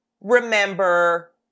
remember